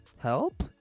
help